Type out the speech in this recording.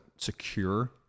secure